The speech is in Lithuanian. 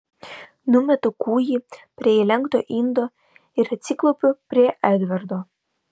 numetu kūjį prie įlenkto indo ir atsiklaupiu prie edvardo